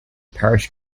parish